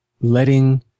letting